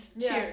Cheers